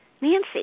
Nancy